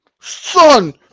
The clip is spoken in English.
Son